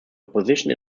opposition